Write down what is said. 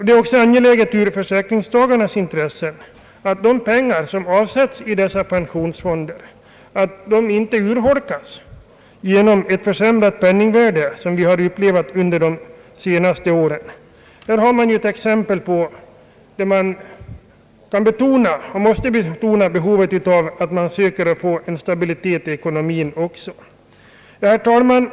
Det är också angeläget ur försäkringstagarnas intressen att de pengar som avsättes i pensionsfonderna inte urholkas genom en försämring av penningvärdet, såsom har skett under de senaste åren. Här har vi ett exempel på behovet av att söka få stabilitet i vår ekonomi. Herr talman!